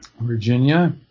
Virginia